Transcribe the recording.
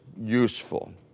useful